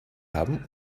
haben